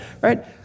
right